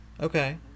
Okay